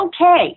okay